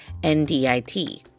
NDIT